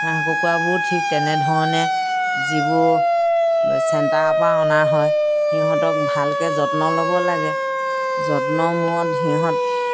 হাঁহ কুকুৰাবোৰ ঠিক তেনেধৰণে যিবোৰ চেণ্টাৰৰ পৰা অনা হয় সিহঁতক ভালকৈ যত্ন ল'ব লাগে যত্ন মূৰত সিহঁত